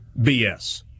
BS